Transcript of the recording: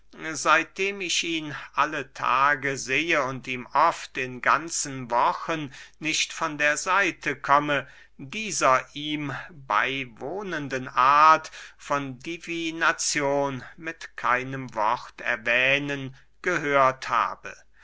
seitdem ich ihn alle tage sehe und ihm oft in ganzen wochen nicht von der seite komme dieser ihm beywohnenden art von divinazion mit keinem wort erwähnen gehört habe